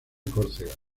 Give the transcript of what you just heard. córcega